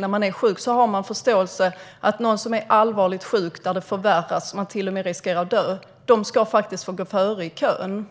när man är sjuk har man förståelse för att någon som är allvarligt sjuk - när tillståndet förvärras och patienten till och med riskerar att dö - ska få gå före i kön.